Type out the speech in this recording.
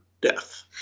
death